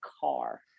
car